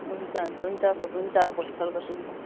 हुन्छ हुन्छ हुन्छ फुपू हुन्छ भोलि कल गर्छु नि त